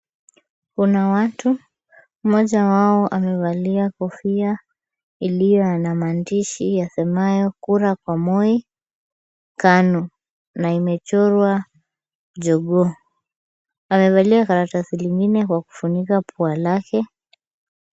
Kuna watu mmoja wao amevalia kofia iliyo na maandishi yasemayo kura kwa Moi Kanu na imechorwa jogoo. Amevalia karatasi lingine kwa kufunika pua lake.